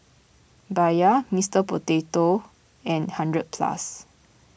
Bia Mister Potato and hundred Plus